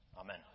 Amen